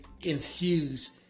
infuse